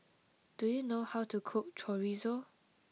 do you know how to cook Chorizo